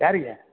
ಯಾರಿಗೆ